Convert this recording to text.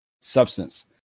substance